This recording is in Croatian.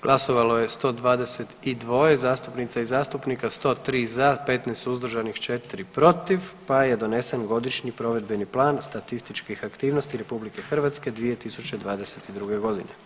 Glasovalo je 122 zastupnica i zastupnika, 103 za, 15 suzdržanih, 4 protiv pa je donesen Godišnji provedbeni plan statističkih aktivnosti RH 2022.